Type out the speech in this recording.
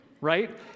right